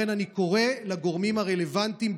לכן אני קורא לגורמים הרלוונטיים,